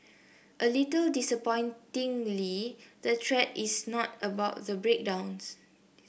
a little disappointingly the thread is not about the breakdowns